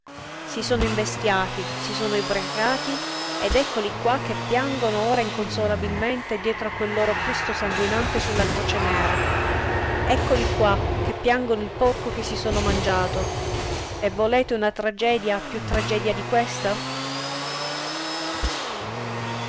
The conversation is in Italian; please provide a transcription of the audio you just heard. si sono imbestiati si sono ubriacati ed eccoli qua che piangono ora inconsolabilmente dietro a questo loro cristo sanguinante su la croce nera eccoli qua che piangono il porco che si sono mangiato e volete una tragedia piú tragedia di questa